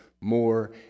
more